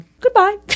goodbye